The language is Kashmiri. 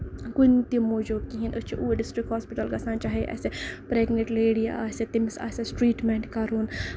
کُنہِ تہِ موٗجوٗب کِہینۍ أسۍ چھِ اوٗرۍ ڈِسٹرک ہوسپِٹل گژھان چاہے اَسہِ پریگنیٹ لیڈی آسہِ تٔمِس آسہِ اسہِ ٹریٖٹمینٹ کَرُن